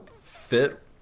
fit